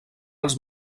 als